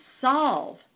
solve